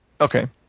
Okay